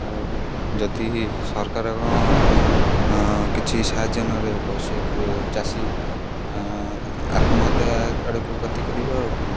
ଆଉ ଯଦି ସରକାରଙ୍କ କିଛି ସାହାଯ୍ୟ ନ ରହିବ ସେ ଚାଷୀ ଆତ୍ମହତ୍ୟା ଆଡ଼କୁ ଗତି କରିବ ଆଉ କ'ଣ